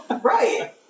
right